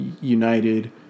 United